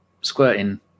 squirting